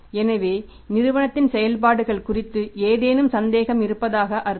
எனவே நிறுவனத்தின் செயல்பாடுகள் குறித்து ஏதேனும் சந்தேகம் இருப்பதாக அர்த்தம்